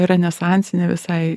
renesansinė visai